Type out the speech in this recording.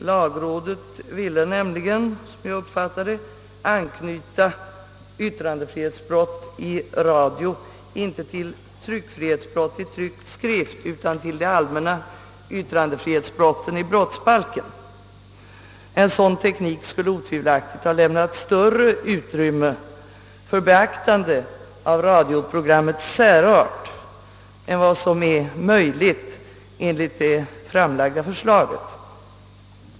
Lagrådet ville nämligen, såsom jag uppfattade det, anknyta yttrandefrihetsbrott i radio inte till tryckfrihetsbrott i tryckt skrift utan till de allmänna yttrandefrihetsbrotten i brottsbalken. En sådan teknik skulle utan tvivel ha lämnat större utrymme för beaktande av radioprogrammens särart än vad som är möjligt enligt det framlagda förslaget.